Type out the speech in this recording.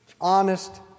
honest